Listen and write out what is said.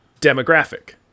demographic